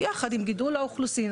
יחד עם גידול האוכלוסין.